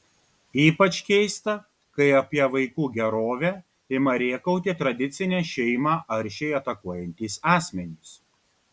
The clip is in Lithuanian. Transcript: ypač keista kai apie vaikų gerovę ima rėkauti tradicinę šeimą aršiai atakuojantys asmenys